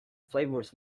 flavors